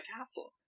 castle